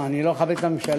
מה, אני לא, לממשלה?